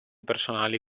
personali